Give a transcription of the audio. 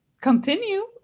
continue